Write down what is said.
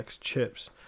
chips